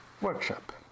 workshop